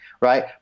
right